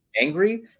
angry